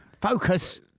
focus